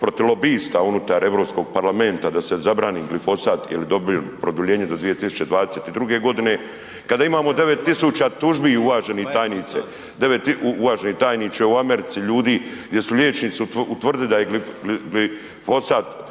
protiv lobista unutar Europskog parlamenta da se zabrani glifosat .../Govornik se ne razumije./... dobije produljenje do 2022. godine, kada imamo devet tisuća tužbi uvaženi tajniče u Americi ljudi, gdje su liječnici utvrdili da je glifosat